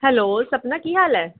hello Sapna ਕੀ ਹਾਲ ਹੈ